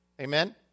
Amen